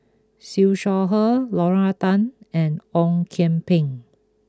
Siew Shaw Her Lorna Tan and Ong Kian Peng